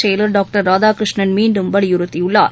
செயலர் டாக்டர் ராதாகிருஷ்ணன் மீண்டும் வலியுறத்தியுள்ளார்